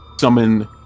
summon